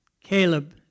Caleb